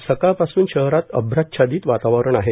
आज सकाळपासून शहरात अभ्नाच्छादित वातावरण आहे